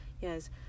yes